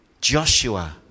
Joshua